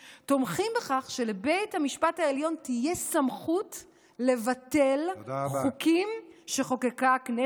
תומכים בכך שלבית המשפט העליון תהיה סמכות לבטל חוקים שחוקקה הכנסת,